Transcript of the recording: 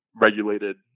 regulated